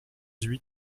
huit